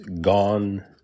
gone